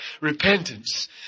repentance